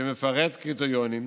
שמפרט קריטריונים,